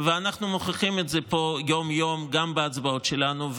ואנחנו מוכיחים את זה פה יום-יום גם בהצבעות שלנו,